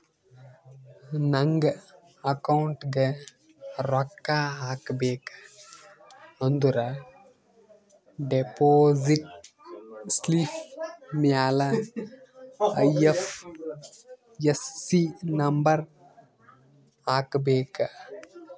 ನಂಗ್ ಅಕೌಂಟ್ಗ್ ರೊಕ್ಕಾ ಹಾಕಬೇಕ ಅಂದುರ್ ಡೆಪೋಸಿಟ್ ಸ್ಲಿಪ್ ಮ್ಯಾಲ ಐ.ಎಫ್.ಎಸ್.ಸಿ ನಂಬರ್ ಹಾಕಬೇಕ